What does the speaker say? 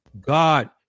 God